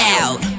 out